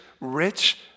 rich